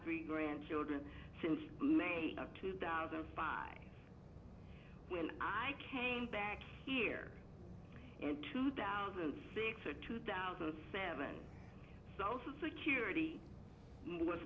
three grandchildren since may of two thousand and five when i came back here in two thousand and six or two thousand and seven social security was